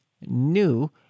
new